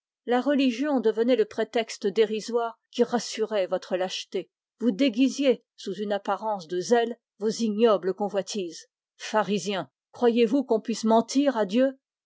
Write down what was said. la religion devenant le prétexte dérisoire qui rassurait votre lâcheté vous déguisiez sous une apparence de zèle vos ignobles convoitises pharisien croyez-vous qu'on puisse mentir à dieu